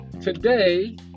today